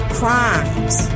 crimes